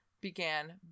began